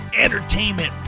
entertainment